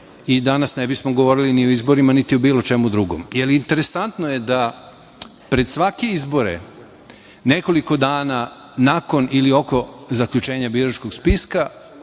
i danas ne bismo govorili ni o izborima, niti o bilo čemu drugom. Interesantno je da pred svake izbore nekoliko dana, nakon ili oko zaključenja biračkog spiska,